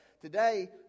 today